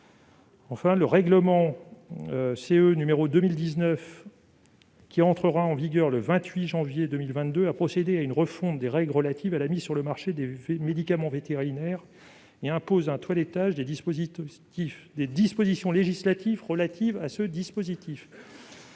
Le règlement (UE) 2019/6, qui entrera en vigueur le 28 janvier prochain, procède à une refonte des règles relatives à la mise sur le marché des médicaments vétérinaires et impose un toilettage des dispositions législatives relatives à ce dispositif.